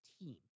team